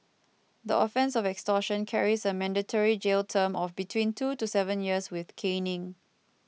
the offence of extortion carries a mandatory jail term of between two to seven years with caning